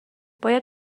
باید